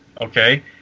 okay